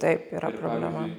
taip yra problema